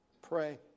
Pray